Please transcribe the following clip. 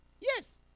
Yes